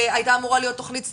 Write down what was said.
היתה אמורה להיות תכנית סדורה,